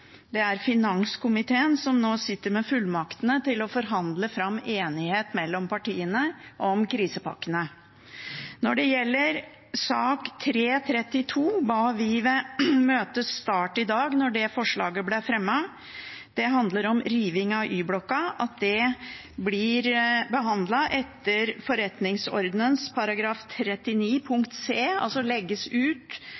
Det er finanskomiteen som nå sitter med fullmaktene til å forhandle fram enighet mellom partiene om krisepakkene. Når det gjelder 332, ba vi ved møtets start i dag, da det forslaget ble fremmet – det handler om riving av Y-blokka – om at det blir behandlet etter forretningsordenens § 39